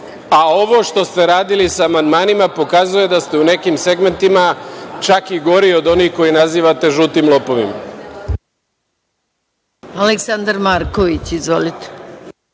što ste radili sa amandmanima pokazuje da ste u nekim segmentima čak i gori od onih koje nazivate žutim lopovima.